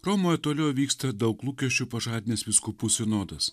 romoje toliau vyksta daug lūkesčių pažadinęs vyskupų sinodas